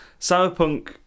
cyberpunk